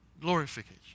glorification